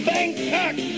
Bangkok